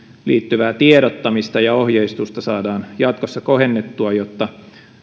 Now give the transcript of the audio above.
liittyvää tiedottamista ja ohjeistusta saadaan jatkossa kohennettua jotta